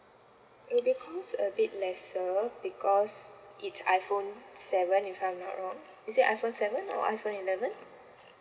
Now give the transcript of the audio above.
it'll be cost a bit lesser because it's iphone seven if I'm not wrong is it iphone seven or iphone eleven